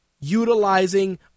utilizing